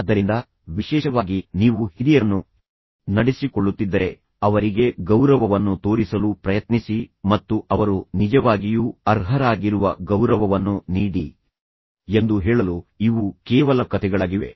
ಆದ್ದರಿಂದ ವಿಶೇಷವಾಗಿ ನೀವು ಹಿರಿಯರನ್ನು ನಡೆಸಿಕೊಳ್ಳುತ್ತಿದ್ದರೆ ಅವರಿಗೆ ಗೌರವವನ್ನು ತೋರಿಸಲು ಪ್ರಯತ್ನಿಸಿ ಮತ್ತು ಅವರು ನಿಜವಾಗಿಯೂ ಅರ್ಹರಾಗಿರುವ ಗೌರವವನ್ನು ನೀಡಿ ಎಂದು ಹೇಳಲು ಇವು ಕೇವಲ ಕಥೆಗಳಾಗಿವೆ